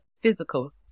Physical